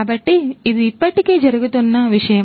కాబట్టి ఇది ఇప్పటికే జరుగుతున్న విషయం